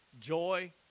joy